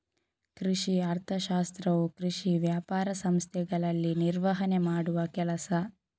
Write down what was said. ಕೃಷಿ ಅರ್ಥಶಾಸ್ತ್ರವು ಕೃಷಿ ವ್ಯಾಪಾರ ಸಂಸ್ಥೆಗಳಲ್ಲಿ ನಿರ್ವಹಣೆ ಮಾಡುವ ಕೆಲಸ